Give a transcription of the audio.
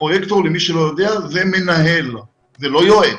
פרויקטור למי שלא יודע זה מנהל, זה לא יועץ.